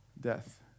death